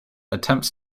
attempts